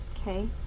okay